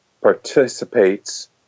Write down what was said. participates